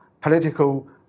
political